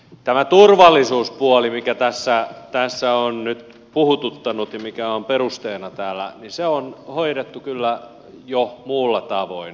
tämä turvallisuuspuoli mikä tässä on nyt puhututtanut ja mikä on perusteena täällä on hoidettu kyllä jo muulla tavoin